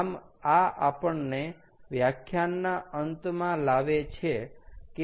આમ આ આપણને વ્યાખ્યાનના અંતમાં લાવે છે